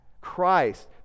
Christ